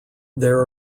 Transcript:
there